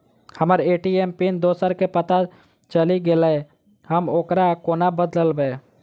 हम्मर ATM pin दोसर केँ पत्ता चलि गेलै, हम ओकरा कोना बदलबै?